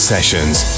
Sessions